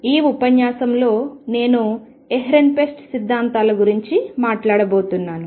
ఈ ఉపన్యాసంలో నేను ఎహ్రెన్ఫెస్ట్ సిద్ధాంతాల గురించి మాట్లాడబోతున్నాను